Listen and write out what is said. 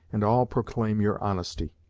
and all proclaim your honesty.